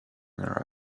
her